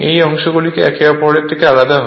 এই অংশগুলি একে অপরের থেকে আলাদা হয়